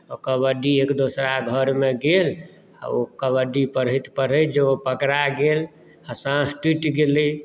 आ कबड्डी एक दोसरा घरमे गेल आ ओ कबड्डी पढ़ैत पढ़ैत जँ ओ पकड़ा गेल आ साँस टुटि गेलै